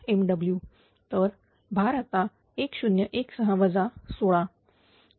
तर भार आता 1016 वजा 16